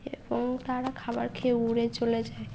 এবং তারা খাবার খেয়ে উড়ে চলে যায়